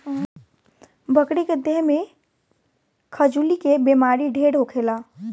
बकरी के देह में खजुली के बेमारी ढेर होखेला